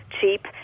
cheap